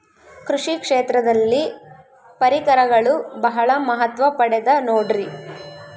ಕೃಷಿ ಕ್ಷೇತ್ರದಲ್ಲಿ ಪರಿಕರಗಳು ಬಹಳ ಮಹತ್ವ ಪಡೆದ ನೋಡ್ರಿ?